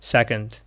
Second